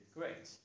Great